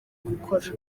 gukora